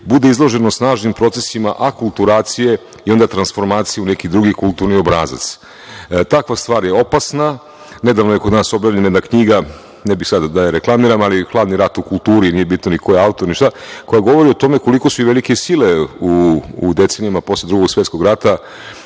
bude izloženo snažnim procesima akulturacije i onda transformacije u neki drugi kulturni obrazac. Takva stvar je opasna. Nedavno je kod nas objavljena jedna knjiga, ne bih sada da je reklamiram, ali „Hladni rat u kulturi“, nije bitno koji je autor, ni šta, koja govori o tome koliko su velike sile u decenijama posle Drugog svetskog rata